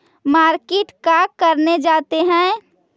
Market का करने जाते हैं?